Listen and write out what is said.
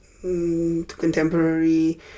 contemporary